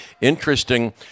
interesting